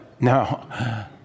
No